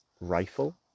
rifle